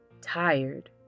Tired